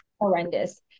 horrendous